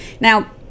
Now